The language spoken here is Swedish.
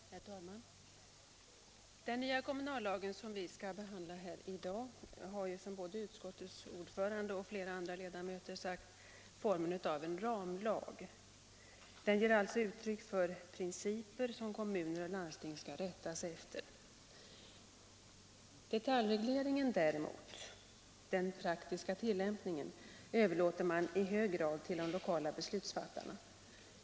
Herr talman! Den nya kommunallagen, som vi behandlar i dag, har ju som utskottets ordförande redan sagt formen av en ramlag. Den ger alltså uttryck för principer som kommuner och landsting skall rätta sig efter. Detaljregleringen däremot — den praktiska tillämpningen — överlåter man i hög grad till de lokala beslutsfattarna.